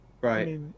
right